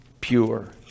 pure